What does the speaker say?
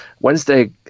Wednesday